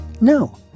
no